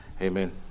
Amen